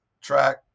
track